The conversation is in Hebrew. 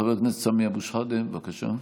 חבר הכנסת סמי אבו שחאדה, בבקשה.